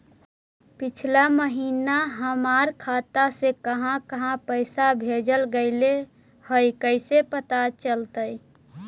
पिछला महिना हमर खाता से काहां काहां पैसा भेजल गेले हे इ कैसे पता चलतै?